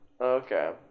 Okay